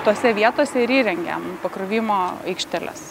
tose vietose ir įrengėm pakrovimo aikšteles